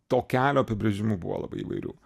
to kelio apibrėžimų buvo labai įvairių